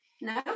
No